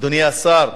אדוני השר,